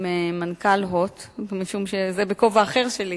עם מנכ"ל "הוט" זה בכובע אחר שלי,